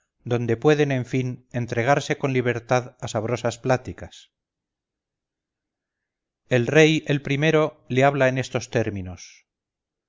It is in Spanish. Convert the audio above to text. donde pueden en fin entregarse con libertad a sabrosas pláticas el rey el primero le habla en estos términos